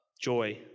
joy